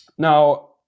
Now